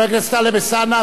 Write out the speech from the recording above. חבר הכנסת טלב אלסאנע,